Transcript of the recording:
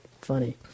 funny